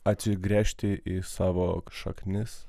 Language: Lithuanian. atsigręžti į savo šaknis